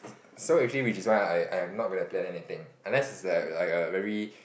so actually which is why I'm not gonna plan anything unless it's like like a very